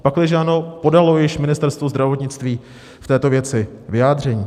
Pakliže ano, podalo již Ministerstvo zdravotnictví v této věci vyjádření?